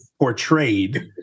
Portrayed